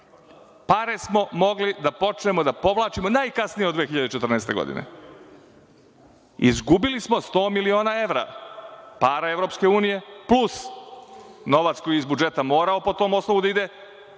Pare smo mogli da počnemo da povlačimo najkasnije od 2014. godine. Izgubili smo sto miliona evra para EU, plus novac koji je iz budžeta morao po tom osnovu da ide,